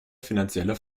finanzielle